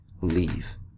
leave